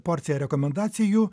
porciją rekomendacijų